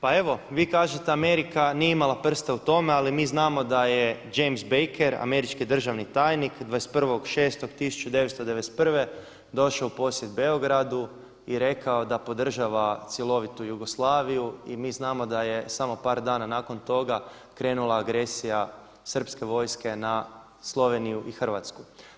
Pa evo vi kažete Amerika nije imala prste u tome, ali mi znamo da je James Baker američki državni tajnik 21.6.1991. došao u posjet Beogradu i rekao da podržava cjelovitu Jugoslaviju i mi znamo da je samo par dana nakon toga krenula agresija srpske vojske na Sloveniju i Hrvatsku.